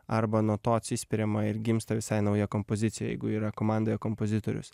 arba nuo to atsispiriama ir gimsta visai nauja kompozicija jeigu yra komandoje kompozitorius